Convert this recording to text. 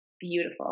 beautiful